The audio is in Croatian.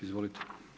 Izvolite.